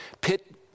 pit